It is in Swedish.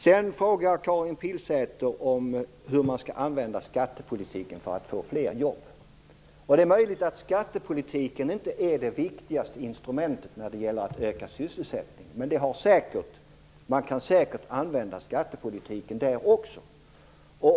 Sedan frågar Karin Pilsäter hur man skall använda skattepolitiken för att få fler jobb. Det är möjligt att skattepolitiken inte är det viktigaste instrumentet när det gäller att öka sysselsättningen. Men man kan säkert använda skattepolitiken där också.